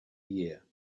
year